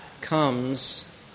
comes